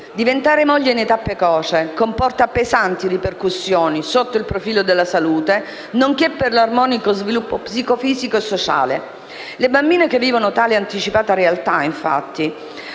Diventare moglie in età precoce comporta pesanti ripercussioni sotto il profilo della salute nonché per l'armonico sviluppo psicofisico e sociale. Le bambine che vivono tale anticipata realtà, infatti,